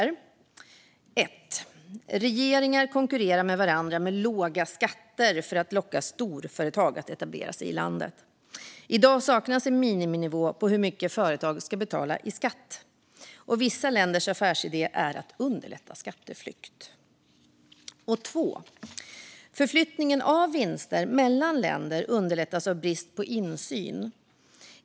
För det första konkurrerar regeringar med varandra med låga skatter för att locka storföretag att etablera sig i landet. I dag saknas en miniminivå för hur mycket företag ska betala i skatt, och vissa länders affärsidé är att underlätta skatteflykt. För det andra underlättas förflyttningen av vinster mellan länder av brist på insyn.